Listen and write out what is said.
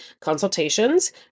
consultations